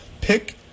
Pick